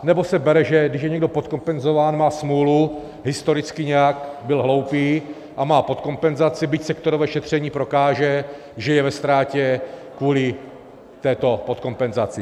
Nebo se bere, že když je někdo podkompenzován, má smůlu, historicky nějak byl hloupý a má podkompenzaci, byť sektorové šetření prokáže, že je ve ztrátě kvůli této podkompenzaci?